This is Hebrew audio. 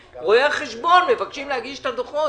רבותיי, אני מבקש לומר,